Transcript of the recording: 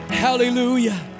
hallelujah